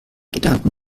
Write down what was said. gedanken